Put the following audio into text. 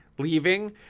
leaving